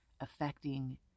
affecting